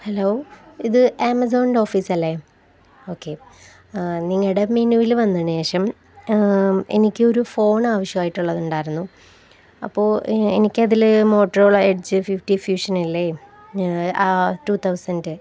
hello ഇത് ആമസോണിൻ്റെ ഓഫീസല്ലേ ഓക്കെ നിങ്ങളുടെ മെനുവില് വന്നതിനുശേഷം എനിക്കൊരു ഫോൺ ആവശ്യമായിട്ടുള്ളതുണ്ടായിരുന്നു അപ്പോള് എനിക്കതില് മോട്ടറോള എഡ്ജ് ഫിഫ്റ്റി ഫ്യൂഷനല്ലേ ടു തൗസൻ്റെ്